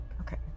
Okay